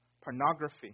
pornography